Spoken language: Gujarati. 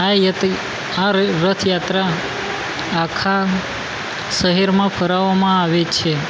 આ આ રથયાત્રા આખા શહેરમાં ફેરવવામાં આવે છે